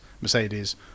Mercedes